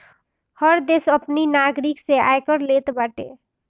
हर देस अपनी नागरिक से आयकर लेत बाटे